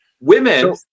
Women